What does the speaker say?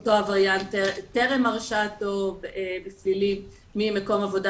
אותו עבריין טרם הרשעתו בפלילים ממקום העבודה